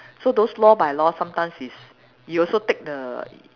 so those law by law sometimes is you also take the